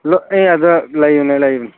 ꯑꯦ ꯑꯗ ꯂꯩꯕꯅꯤ ꯂꯩꯕꯅꯤ